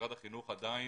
ומשרד החינוך עדיין